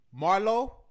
Marlo